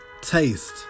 taste